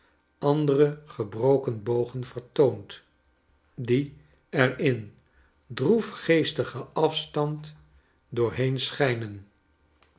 andere gebroken bogen vertoont die er in droefgeestigen afstand doorheen schijnen